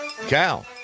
Cal